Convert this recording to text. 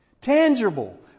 Tangible